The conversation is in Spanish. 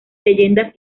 leyendas